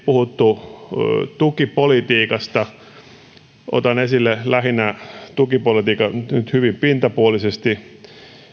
puhuttu monisanaisesti tukipolitiikasta otan esille tukipolitiikan nyt hyvin pintapuolisesti